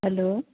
hello